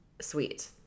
sweet